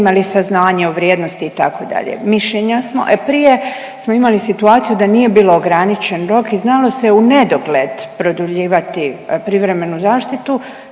imali saznanje o vrijednosti itd.. Mišljenja smo, e prije smo imali situaciju da nije bilo ograničen rok i znalo se unedogled produljivati privremenu zaštitu.